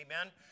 Amen